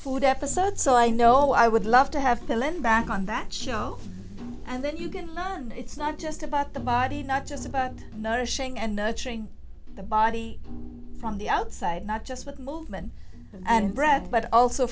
food episode so i know i would love to have fallen back on that show and then you can run it's not just about the body not just about nourishing and nurturing the body from the outside not just with movement and breath but also